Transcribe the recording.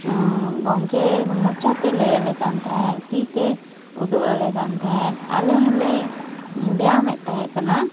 ᱜᱚᱝᱠᱮ ᱢᱚᱪᱟ ᱛᱮ ᱞᱟᱹᱭᱟᱞᱮ ᱠᱟᱱ ᱛᱟᱦᱮᱸᱜ ᱛᱤᱛᱮ ᱩᱫᱩᱜ ᱟᱞᱮ ᱠᱟᱱ ᱛᱟᱦᱮᱸᱫ ᱟᱞᱮ ᱦᱚᱸᱞᱮ ᱵᱮᱭᱟᱢᱮᱫ ᱛᱟᱦᱮᱸ ᱠᱟᱱᱟ